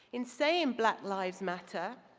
in saying black lives matter,